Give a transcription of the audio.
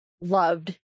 loved